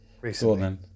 recently